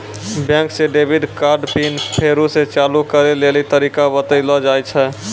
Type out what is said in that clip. बैंके से debit card pin फेरु से चालू करै लेली तरीका बतैलो जाय छै